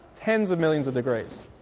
tens of millions of degrees.